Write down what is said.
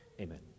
Amen